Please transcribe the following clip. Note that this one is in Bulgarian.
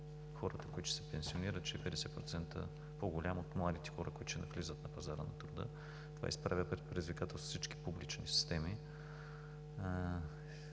хората, които ще се пенсионират, ще е 50% по-голям от младите хора, които ще навлизат на пазара на труда. Това изправя пред предизвикателство всички публични системи.